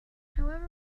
however